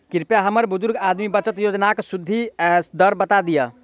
कृपया हमरा बुजुर्ग आदमी बचत योजनाक सुदि दर बता दियऽ